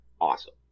awesome